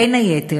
בין היתר,